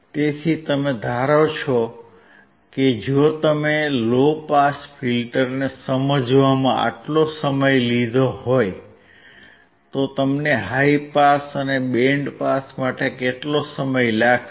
તેથી તમે ધારો છો કે જો તમે લો પાસ ફિલ્ટર્સને સમજવામાં આટલો સમય લીધો હોય તો તમને હાઇ પાસ અને બેન્ડ પાસ માટે કેટલો સમય લાગશે